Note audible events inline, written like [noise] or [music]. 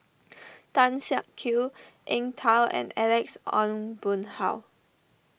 [noise] Tan Siak Kew Eng Tow and Alex Ong Boon Hau